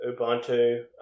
Ubuntu